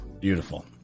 Beautiful